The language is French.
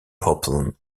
open